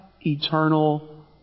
eternal